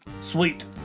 Sweet